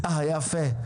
יפה.